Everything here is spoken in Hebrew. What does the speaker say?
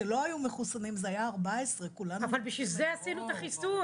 כשלא היו מחוסנים זה היה 14. אבל בשביל זה עשינו את החיסון.